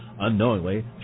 Unknowingly